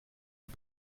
des